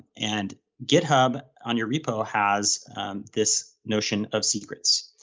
and github on your repo has this notion of secrets.